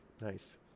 nice